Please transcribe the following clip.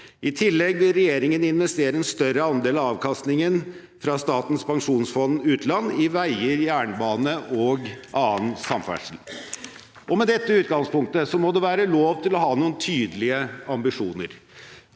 I tillegg vil regjeringen investere en større andel av avkastningen fra Statens pensjonsfond utland i veier, jernbane og annen samferdsel. Med dette utgangspunktet må det være lov til å ha noen tydelige ambisjoner.